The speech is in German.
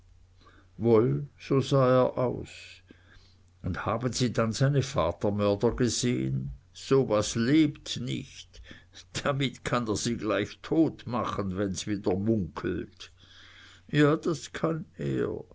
so sah er aus un haben sie denn seine vatermörder gesehn so was lebt nich damit kann er sie gleich dod machen wenn's wieder munkelt ja das kann er